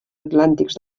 atlàntics